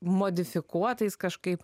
modifikuotais kažkaip